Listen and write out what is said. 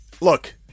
look